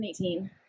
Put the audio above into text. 2018